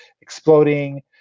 exploding